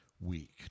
week